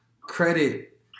Credit